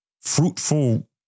fruitful